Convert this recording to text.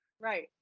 Right